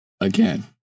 again